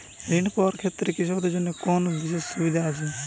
ঋণ পাওয়ার ক্ষেত্রে কৃষকদের জন্য কোনো বিশেষ সুবিধা আছে?